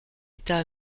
état